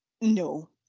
No